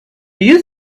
you